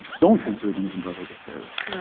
don't consider the muslim brotherhood as terrorists.